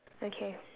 okay